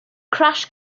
crash